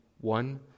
One